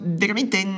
veramente